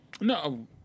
No